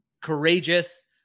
courageous